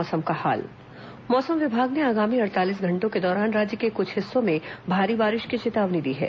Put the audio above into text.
मौसम मौसम विभाग ने आगामी अड़तालीस घंटों के दौरान राज्य के कुछ हिस्सों में भारी बारिश की चेतावनी दी है